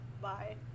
Bye